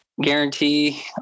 guarantee